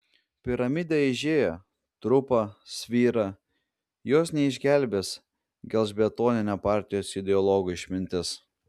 piramidė aižėja trupa svyra jos neišgelbės gelžbetoninė partijos ideologų išmintis